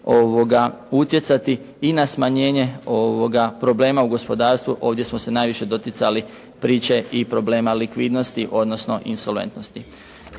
utjecati i na smanjenje problema u gospodarstvu, ovdje smo se najviše doticali priče i problema likvidnosti, odnosno insolventnosti.